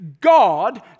God